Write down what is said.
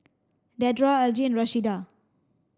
Dedra Algie Rashida